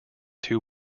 two